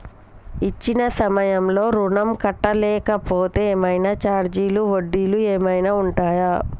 ఇచ్చిన సమయంలో ఋణం కట్టలేకపోతే ఏమైనా ఛార్జీలు వడ్డీలు ఏమైనా ఉంటయా?